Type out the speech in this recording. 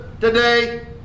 today